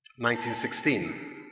1916